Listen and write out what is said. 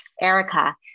erica